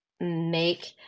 make